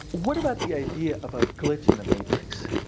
what about the idea of a glitch in the matrix?